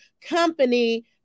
company